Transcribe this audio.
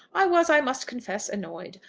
i was, i must confess, annoyed.